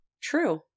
True